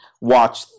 watch